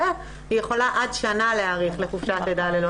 היא יכולה עד שנה להאריך לחופשת לידה ללא תשלום.